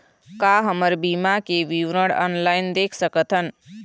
का हमर बीमा के विवरण ऑनलाइन देख सकथन?